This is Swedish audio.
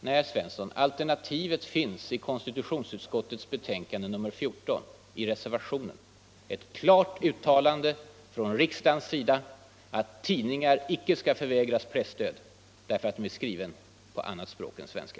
Nej, herr Svensson, alternativet finns i reservationen vid konstitutionsutskottets betänkande nr 14: ett klart uttalande från riksdagens sida att tidningar icke skall förvägras presstöd därför att de är skrivna på annat språk än svenska.